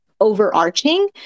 overarching